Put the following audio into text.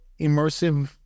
immersive